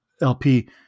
LP